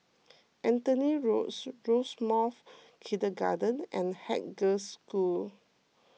Anthony Roads Rosemounts Kindergarten and Haig Girls' School